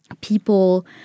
people